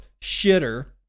Shitter